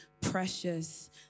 precious